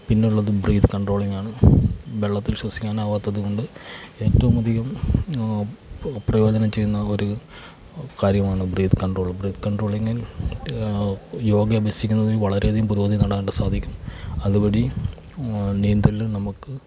പിന്ന ഉള്ളത് ബ്രീത് കൺട്രോളിങ്ങാണ് വെള്ളത്തിൽ ശ്വസിക്കാനാവാത്തതു കൊണ്ട് ഏറ്റവുമധികം പ്രയോജനം ചെയ്യുന്ന ഒരു കാര്യമാണ് ബ്രീത് കൺട്രോൾ ബ്രീത് കൺട്രോളിങ്ങിൽ യോഗ അഭ്യസിക്കുന്നത് വളരെയധികം പുരോഗതി കാണാനായിട്ട് സാധിക്കും അതുവഴി നീന്തല് നമുക്ക്